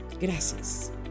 Gracias